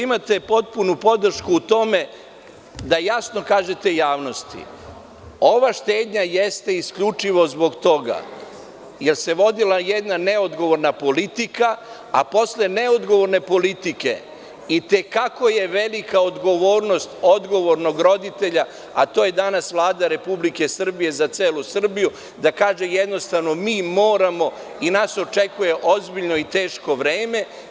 Imate potpunu podršku u tome da jasno kažete javnosti, ova štednja jeste isključivo zbog toga, jer se vodila jedna neodgovorna politika, a posle neodgovorne politike i te kako je velika odgovornost odgovornog roditelja, a to je danas Vlada Republike Srbije za celu Srbiju, da kaže mi moramo i nas očekuje ozbiljno i teško vreme.